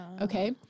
Okay